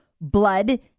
blood